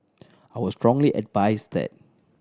I would strongly advise that